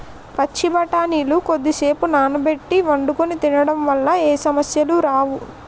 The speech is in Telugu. పచ్చి బఠానీలు కొద్దిసేపు నానబెట్టి వండుకొని తినడం వల్ల ఏ సమస్యలు రావు